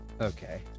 Okay